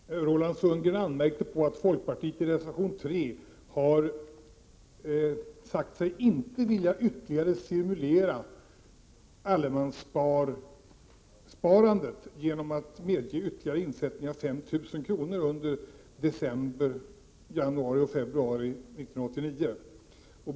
Herr talman! Roland Sundgren anmärkte på att folkpartiet i reservation 3 har sagt sig inte vilja ytterligare stimulera allemanssparandet genom att medge ytterligare insättning av 5 000 kr. under december 1988, och januari och februari 1989.